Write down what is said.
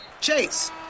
Chase